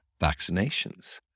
vaccinations